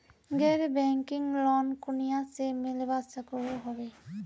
गैर banking loan कुनियाँ से मिलवा सकोहो होबे?